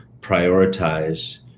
prioritize